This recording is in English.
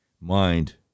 mind